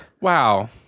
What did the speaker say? Wow